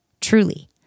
truly